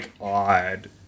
odd